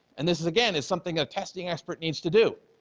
and this is, again, is something a testing expert needs to do,